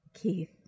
Keith